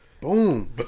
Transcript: boom